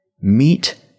Meet